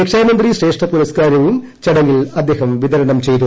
രക്ഷാമന്ത്രി ശ്രേഷ്ഠ പുരസ്കാരിച്ചും ് ചടങ്ങിൽ അദ്ദേഹം വിതരണം ചെയ്തു